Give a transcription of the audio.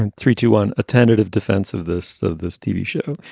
and three, two, one. a tentative defense of this. this tv show.